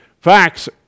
facts